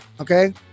Okay